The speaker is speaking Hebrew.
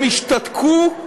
הם השתתקו,